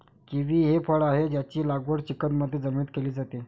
kiwi हे फळ आहे, त्याची लागवड चिकणमाती जमिनीत केली जाते